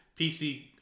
PC